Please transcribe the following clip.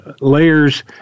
layers